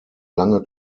lange